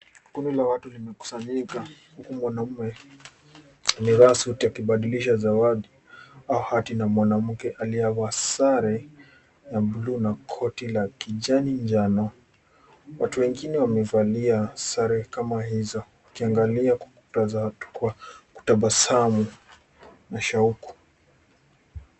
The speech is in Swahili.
Kundi la watu limekusanyika huku mwanaume amevaa suti akibadilisha zawadi ahati na mwanamke aliyevaa sare ya bluu na koti la kijani njano. Watu wengine wamevalia sare kama hizo wakiangalia kutabasamu na shauku.